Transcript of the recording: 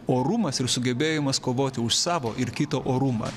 orumas ir sugebėjimas kovoti už savo ir kito orumą